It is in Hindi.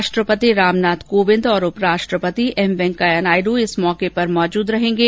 राष्ट्रपति रामनाथ कोविंद और उप राष्ट्रपति एम वेंकैया नायडु इस अवसर पर उपस्थित रहेंगे